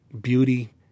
beauty